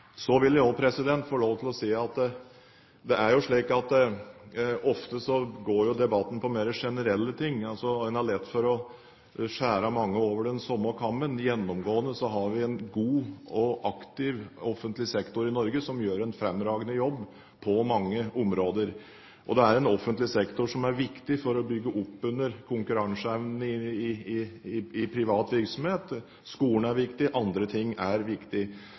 Så vil jeg også få lov til å si at ofte går debatten på mer generelle ting. Man har lett for å skjære mye over den samme kammen. Gjennomgående har vi en god og aktiv offentlig sektor i Norge, som gjør en fremragende jobb på mange områder. Det er en offentlig sektor som er viktig for å bygge opp under konkurranseevnen i privat virksomhet. Skolen er viktig, og andre ting er